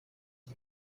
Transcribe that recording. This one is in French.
ses